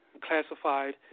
classified